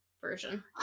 version